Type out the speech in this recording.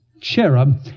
cherub